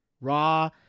Raw